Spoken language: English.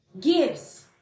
gifts